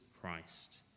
Christ